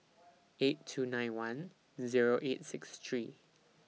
eight two nine one Zero eight six three